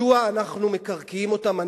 מדוע אנחנו מקרקעים אותם?